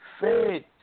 Faith